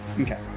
Okay